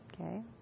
Okay